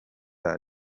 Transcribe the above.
nziza